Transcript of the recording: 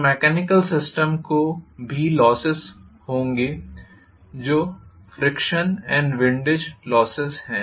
तो mechanical system को भी लोसेस होंगे जो फ्रीक्षण एंड विंडेज लोसेस है